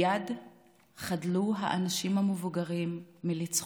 מייד חדלו האנשים המבוגרים מלצחוק,